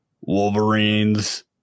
Wolverines